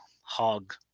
hog